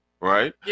Right